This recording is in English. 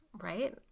right